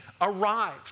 arrived